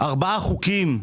ארבעה חוקים.